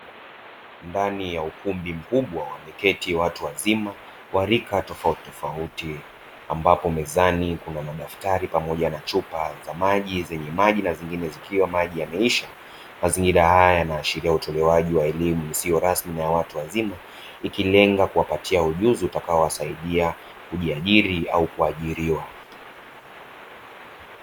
Ndani ya ukumbi mkubwa wameketi watu wazima wa rika tofautitofauti, ambapo mezani kuna madaftari pamoja na chupa zenye maji na nyingine zikiwa maji yameisha; mazingira haya yanaashiria utolewaji wa elimu isiyo rasmi ya watu wazima, ikilenga kuwapatia ujuzi utakaowasaidia kujiajiri au kuajiriwa.